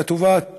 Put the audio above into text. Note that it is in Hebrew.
לטובת